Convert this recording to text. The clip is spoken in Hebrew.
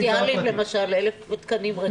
עובדים סוציאליים למשל, 1,000 תקנים ריקים.